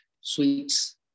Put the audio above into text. sweets